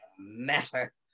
matter